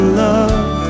love